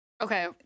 Okay